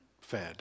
fed